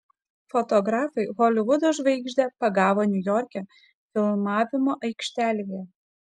fotografai holivudo žvaigždę pagavo niujorke filmavimo aikštelėje